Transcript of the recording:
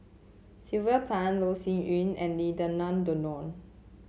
Sylvia Tan Loh Sin Yun and Lim Denan Denon